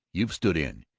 you've stood in,